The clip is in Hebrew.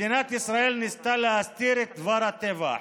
מדינת ישראל ניסתה להסתיר את דבר הטבח,